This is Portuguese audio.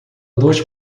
dois